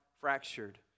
fractured